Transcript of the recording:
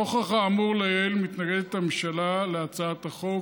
נוכח האמור לעיל, מתנגדת הממשלה להצעת החוק.